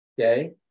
Okay